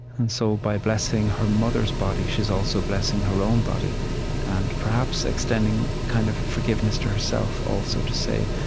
and so, by blessing her mother's body, she's also blessing her own body and, perhaps, extending a kind of forgiveness to herself, also, to say,